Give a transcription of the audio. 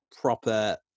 proper